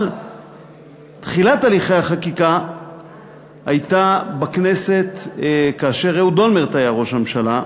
אבל תחילת הליכי החקיקה הייתה בכנסת כאשר אהוד אולמרט היה ראש הממשלה,